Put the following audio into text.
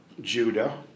judah